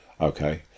Okay